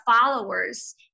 followers